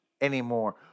anymore